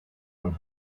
one